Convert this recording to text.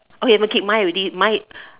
okay haven't kick mine already mine